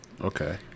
Okay